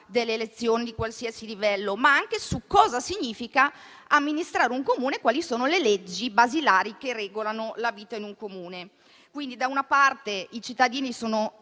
delle elezioni di qualsiasi livello, ma anche su cosa significa amministrare un Comune e quali sono le leggi basilari che regolano la sua vita. Quindi - da una parte - i cittadini sono